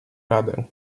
radę